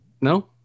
No